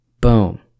Boom